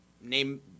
name